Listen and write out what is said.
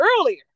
earlier